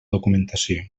documentació